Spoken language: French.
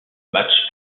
match